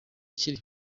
kiri